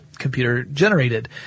computer-generated